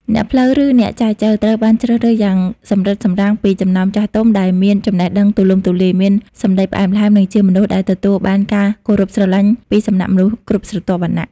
អ្នកផ្លូវ ឬ "អ្នកចែចូវ" ត្រូវបានជ្រើសរើសយ៉ាងសម្រិតសម្រាំងពីចំណោមចាស់ទុំដែលមានចំណេះដឹងទូលំទូលាយ មានសម្តីផ្អែមល្ហែម និងជាមនុស្សដែលទទួលបានការគោរពស្រឡាញ់ពីសំណាក់មនុស្សគ្រប់ស្រទាប់វណ្ណៈ។